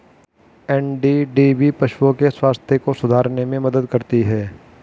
NDDB पशुओं के स्वास्थ्य को सुधारने में मदद करती है